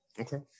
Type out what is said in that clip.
okay